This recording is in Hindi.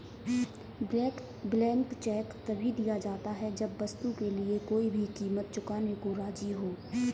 ब्लैंक चेक तभी दिया जाता है जब वस्तु के लिए कोई भी कीमत चुकाने को राज़ी हो